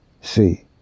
See